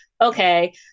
okay